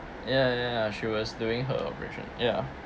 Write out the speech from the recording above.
ya ya ya ya she was doing her operation ya